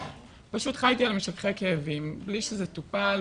פשוט חייתי על משככי כאבים בלי שזה טופל,